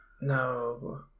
No